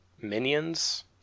minions